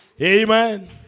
Amen